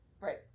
Right